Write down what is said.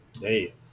Hey